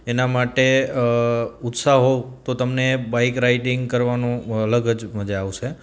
એના માટે ઉત્સાહ હોવ તો તમને બાઇક રાઇડિંગ કરવાનું અલગ જ મજા આવશે